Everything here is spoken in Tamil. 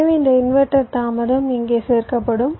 எனவே இந்த இன்வெர்ட்டர் தாமதம் இங்கே சேர்க்கப்படும்